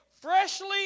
freshly